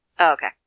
Okay